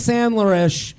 Sandler-ish